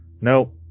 no